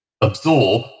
absorb